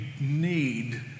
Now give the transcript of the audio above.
need